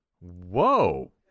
Whoa